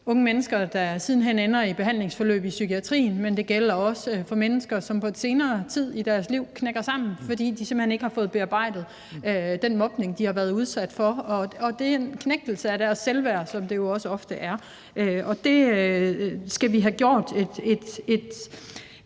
unge mennesker, der siden hen ender i behandlingsforløb i psykiatrien, det gælder også for mennesker, som på et senere tidspunkt i deres liv knækker sammen, fordi de simpelt hen ikke har fået bearbejdet den mobning, de har været udsat for, og det vil sige den knægtelse af deres selvværd, som det jo også ofte er. Det skal vi have gjort klart